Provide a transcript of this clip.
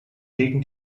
gegen